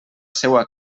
seua